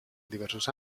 diversos